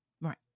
Right